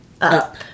up